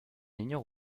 ignore